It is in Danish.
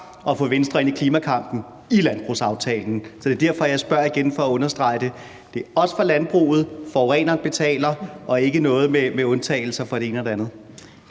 at få Venstre ind i klimakampen i forhold til landbrugsaftalen. Så det er derfor, jeg spørger igen, altså for at understrege det: Det er også for landbruget, forureneren betaler, og der er ikke noget med undtagelser for det ene og det andet.